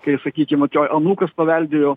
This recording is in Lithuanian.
kai sakykim atėjo anūkas paveldėjo